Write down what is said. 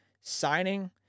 signing